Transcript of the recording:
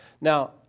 Now